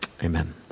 Amen